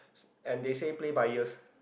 and they say play by ears